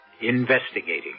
investigating